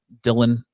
Dylan